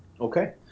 Okay